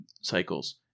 cycles